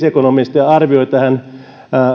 ekonomistia arvioivat